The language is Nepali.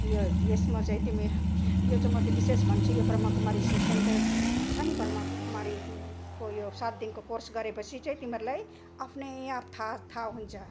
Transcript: यो यसमा चाहिँ तिमी यो चाहिँ म त विशेष भन्छु यो ब्रह्माकुमारी से सेन्टर छ नि ब्रह्माकुमारीको यो सात दिनको कोर्स गरेपछि चाहिँ तिमीहरूलाई आफ्नै आप थाहा थाहा हुन्छ